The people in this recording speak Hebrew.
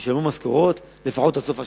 הם ישלמו משכורות לפחות עד סוף השנה,